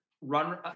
run